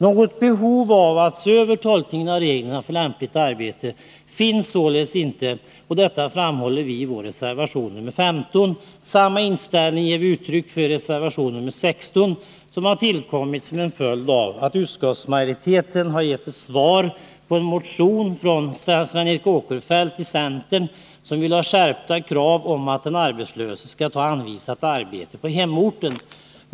Något behov av att se över tolkningen av reglerna för lämpligt arbete finns således inte, och detta framhåller vi i vår reservation nr 15. Samma inställning ger vi uttryck för i reservation 16, som har tillkommit som en följd av utskottsmajoritetens svar på en motion från centerpartisten Sven Eric Åkerfeldt, som vill ha skärpta krav på att den arbetslöse skall ta anvisat arbete på hemorten.